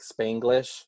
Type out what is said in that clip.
Spanglish